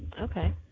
okay